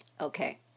Okay